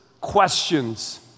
questions